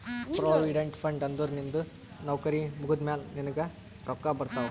provident fund ಅಂದುರ್ ನಿಂದು ನೌಕರಿ ಮುಗ್ದಮ್ಯಾಲ ನಿನ್ನುಗ್ ರೊಕ್ಕಾ ಬರ್ತಾವ್